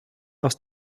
aus